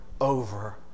over